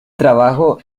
trabajo